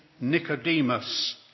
Nicodemus